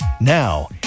Now